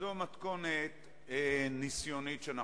חבר הכנסת אלדד, תעמוד ליד המיקרופון, שאני